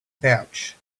pouch